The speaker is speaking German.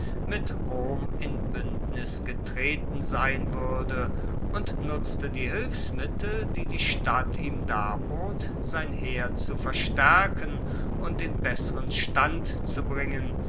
mit rom in buendnis getreten sein wuerde und nutzte die hilfsmittel die die stadt ihm darbot sein heer zu verstaerken und in besseren stand zu bringen